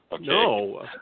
No